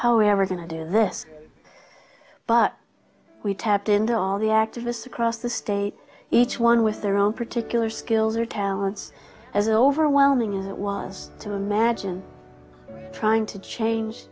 however going to do this but we tapped into all the activists across the state each one with their own particular skills or talents as overwhelming as it was to imagine trying to change